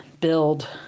build